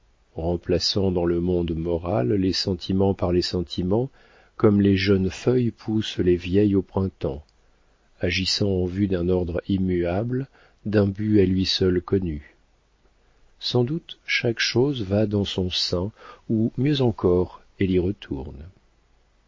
remplaçant dans le monde moral les sentiments par les sentiments comme les jeunes feuilles poussent les vieilles au printemps agissant en vue d'un ordre immuable d'un but à lui seul connu sans doute chaque chose va dans son sein ou mieux encore elle y retourne